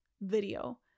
video